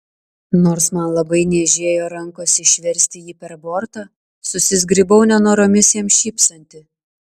nors man labai niežėjo rankos išversti jį per bortą susizgribau nenoromis jam šypsanti